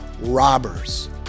robbers